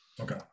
okay